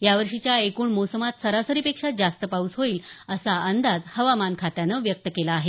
या वर्षीच्या एकूण मोसमात सरासरीपेक्षा जास्त पाऊस होईल असा अंदाज हवामान खात्यानं व्यक्त केला आहे